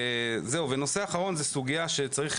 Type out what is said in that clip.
הנושא האחרון זו סוגיה שצריך